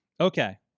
Okay